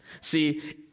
See